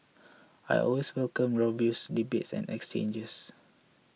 I always welcome robust debates and exchanges